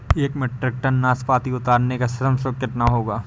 एक metric ton नाशपाती उतारने का श्रम शुल्क कितना होगा?